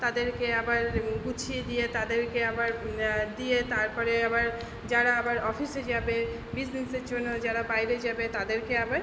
তাদেরকে আবার গুছিয়ে দিয়ে তাদেরকে আবার দিয়ে তারপরে আবার যারা আবার অফিসে যাবে বিজনেসের জন্য যারা বাইরে যাবে তাদেরকে আবার